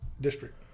district